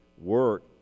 work